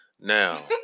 Now